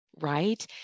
Right